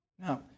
Now